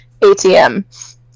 ATM